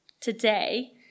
Today